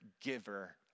giver